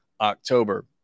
October